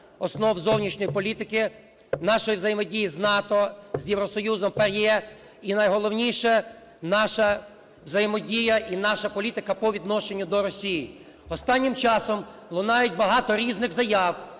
основ зовнішньої політики, нашої взаємодії з НАТО, з Євросоюзом, ПАРЄ і, найголовніше, наша взаємодія і наша політика по відношенню до Росії. Останнім часом лунають багато різних заяв